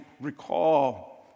recall